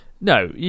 No